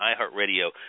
iHeartRadio